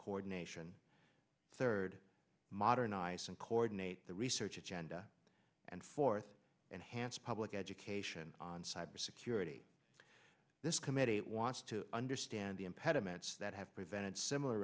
coordination third modernize and coordinate the research agenda and fourth and hance public education on cyber security this committee wants to understand the impediments that have prevented similar